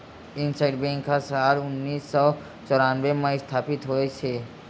IndusInd bank ह साल उन्नीस सौ चैरानबे म इस्थापित होइस हे